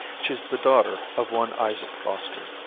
she's the daughter of one isaac foster,